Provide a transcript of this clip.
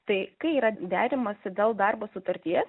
tai kai yra deramasi dėl darbo sutarties